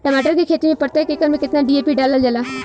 टमाटर के खेती मे प्रतेक एकड़ में केतना डी.ए.पी डालल जाला?